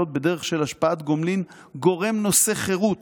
בדרך של השפעת גומלין גורם נושא חירות